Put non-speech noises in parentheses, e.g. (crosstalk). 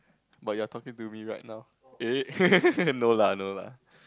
but you are talking to me right now eh (laughs) no lah no lah